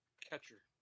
catcher